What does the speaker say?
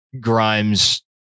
Grimes